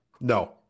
no